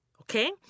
okay